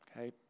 Okay